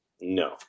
No